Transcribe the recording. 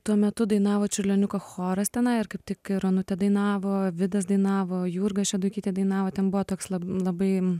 tuo metu dainavo čiurlioniukų choras tenai ir kaip tik ir onutė dainavo vidas dainavo jurga šeduikytė dainavo ten buvo toks la labai